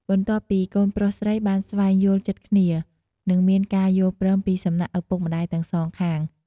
បន្ទាប់ពីកូនប្រុសស្រីបានស្វែងយល់ចិត្តគ្នា និងមានការយល់ព្រមពីសំណាក់ឪពុកម្តាយទាំងសងខាង។